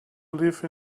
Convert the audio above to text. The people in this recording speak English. live